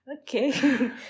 Okay